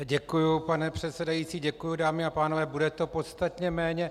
Děkuji, pane předsedající, děkuji, dámy a pánové, bude to podstatně méně.